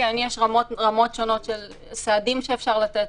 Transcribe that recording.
יש רמות שונות של סעדים שאפשר לתת.